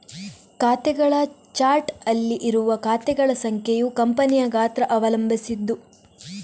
ಖಾತೆಗಳ ಚಾರ್ಟ್ ಅಲ್ಲಿ ಇರುವ ಖಾತೆಗಳ ಸಂಖ್ಯೆಯು ಕಂಪನಿಯ ಗಾತ್ರ ಅವಲಂಬಿಸಿದ್ದು